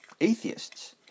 atheists